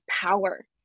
power